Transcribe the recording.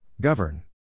Govern